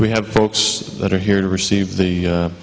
we have folks that are here to receive the